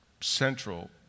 central